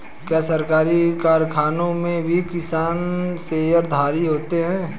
क्या सरकारी कारखानों में भी किसान शेयरधारी होते हैं?